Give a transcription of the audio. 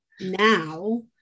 now